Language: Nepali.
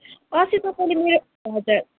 अस्ति तपाईँले मेरो हजुर